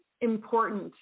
important